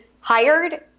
hired